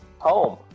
Home